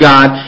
God